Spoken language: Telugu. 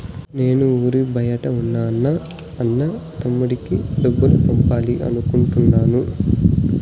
నేను ఊరి బయట ఉన్న నా అన్న, తమ్ముడికి డబ్బులు పంపాలి అనుకుంటున్నాను